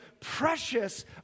precious